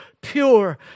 pure